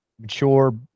mature